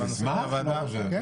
קודם כל,